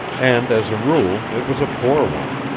and as a rule, it was a poor one.